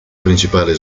principale